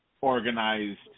organized